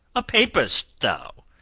a papist thou?